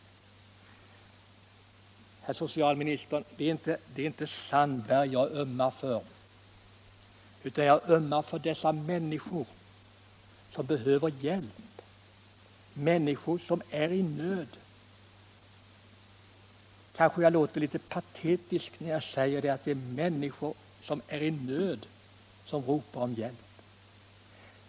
Herr socialminister! Det är inte doktor Sandberg jag ömmar för, utan jag ömmar för dessa människor som behöver hjälp, människor som är i nöd. Kanske jag låter litet patetisk när jag säger att det är människor i nöd som ropar om hiälp.